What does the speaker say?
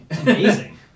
Amazing